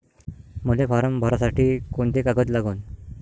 मले फारम भरासाठी कोंते कागद लागन?